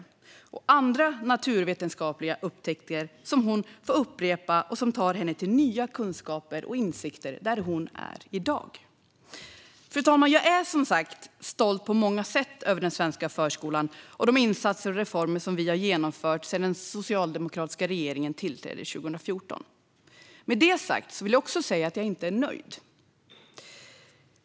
Hon lärde sig om andra naturvetenskapliga upptäckter. Detta får hon upprepa, och det tar henne till nya kunskaper och insikter där hon är i dag. Fru talman! Jag är, som sagt, på många sätt stolt över den svenska förskolan och de insatser och reformer som vi har genomfört sedan den socialdemokratiska regeringen tillträdde 2014. Med det sagt vill jag också säga att jag inte är nöjd.